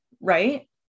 Right